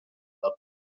del